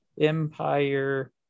Empire